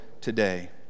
today